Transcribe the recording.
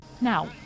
Now